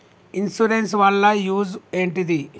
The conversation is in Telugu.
ఇన్సూరెన్స్ వాళ్ల యూజ్ ఏంటిది?